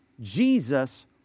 Jesus